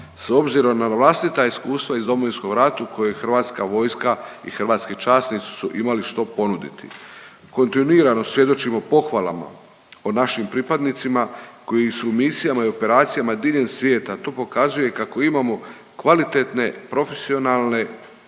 s obzirom na vlastita iskustva iz Domovinskom ratu koji hrvatska vojska i hrvatski časnici su imali što ponuditi. Kontinuirano svjedočimo pohvalama o našim pripadnicima koji su u misijama i operacijama diljem svijeta, tu pokazuje kako imamo kvalitetne, profesionalne